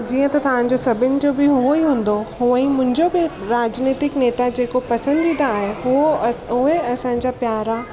जीअं त तव्हांजो सभिनि जो बि उहो ई हूंदो उहो ई मुंहिंजो बि राजनैतिक नेता जेको पसंदीदा आहे उहे अस उहे असांजा प्यारा